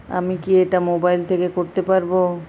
আমি কি এটা মোবাইল থেকে করতে পারবো?